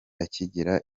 akigera